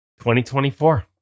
2024